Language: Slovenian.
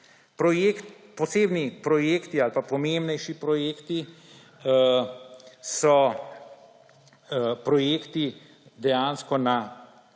Posebni projekti ali pa pomembnejši projekti so projekti dejansko na